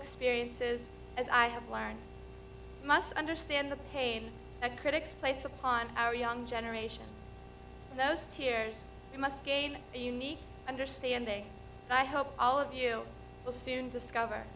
experiences as i have learned must understand the pain and critics place upon our young generation and those tears you must gain a unique understanding i hope all of you will soon discover